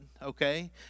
Okay